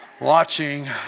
watching